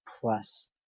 plus